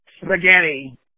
spaghetti